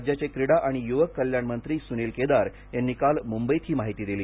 राज्याचे क्रीडा आणि युवक कल्याण मंत्री सुनिल केदार यांनी काल मुंबईत ही माहिती दिली